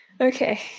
Okay